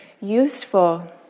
useful